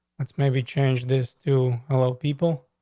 that's maybe change this to hello, people,